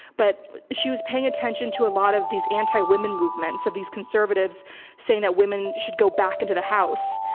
but she was paying attention to a lot of these anti-women movements of these conservatives saying that women should go back into the house,